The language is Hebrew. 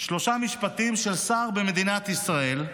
שלושה משפטים של שר במדינת ישראל.